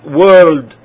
world